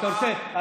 למה?